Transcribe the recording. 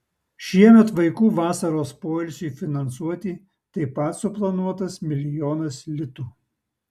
šiemet vaikų vasaros poilsiui finansuoti taip pat suplanuotas milijonas litų